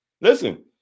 Listen